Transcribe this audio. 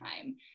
time